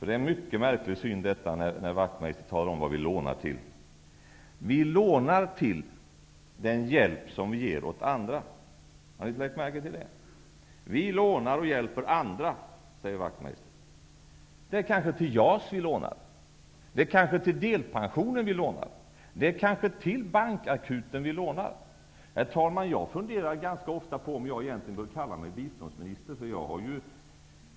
Det är mycket märkligt när Ian Wachtmeister talar om vad vi lånar till. Vi lånar till den hjälp som vi ger åt andra. Har ni lagt märke till det? Vi lånar till hjälp åt andra, säger Wachtmeister. Det är kanske till JAS vi lånar. Det är kanske till delpensionen vi lånar eller kanske till bankakuten. Herr talman! Jag funderar ganska ofta på om jag bör kalla mig för biståndsminister.